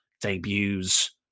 debuts